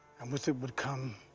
and with it would come.